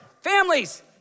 families